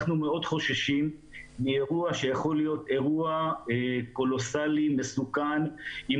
אנחנו מאוד חושים מאירוע שיכול להיות אירוע קולוסאלי מסוכן עם